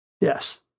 Yes